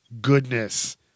goodness